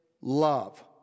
love